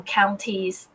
counties